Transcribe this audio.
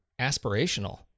aspirational